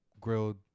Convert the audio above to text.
grilled